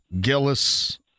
Gillis